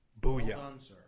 Booyah